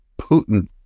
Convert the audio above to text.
Putin